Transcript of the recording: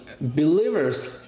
Believers